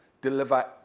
deliver